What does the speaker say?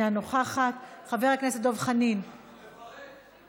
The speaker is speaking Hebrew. אינה נוכחת, חבר הכנסת דב חנין, מברך.